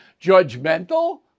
judgmental